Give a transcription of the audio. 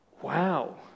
wow